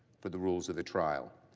for the rules of the trial.